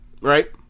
right